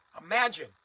Imagine